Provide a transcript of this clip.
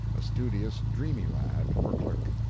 a studious, dreamy lad, for clerk.